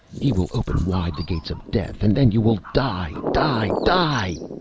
he will open wide the gates of death, and then you will die die die!